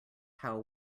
how